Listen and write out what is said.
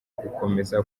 gukomeza